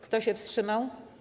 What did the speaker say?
Kto się wstrzymał?